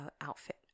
outfit